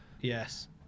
yes